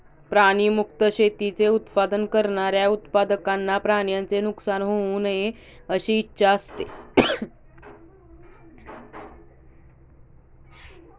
प्राणी मुक्त शेतीचे उत्पादन करणाऱ्या उत्पादकांना प्राण्यांचे नुकसान होऊ नये अशी इच्छा असते